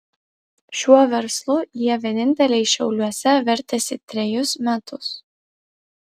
šiuo verslu jie vieninteliai šiauliuose vertėsi trejus metus